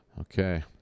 okay